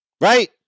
right